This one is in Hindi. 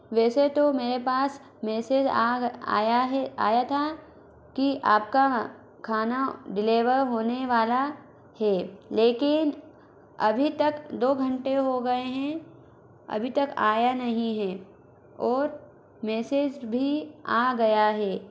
वैसे तो मेरे पास मैसेज आ आया है आया था कि आपका खाना डिलेवर होने वाला है लेकिन अभी तक दो घंटे हो गए हैं अभी तक आया नहीं हैं और मैसेज भी आ गया है